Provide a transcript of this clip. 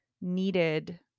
needed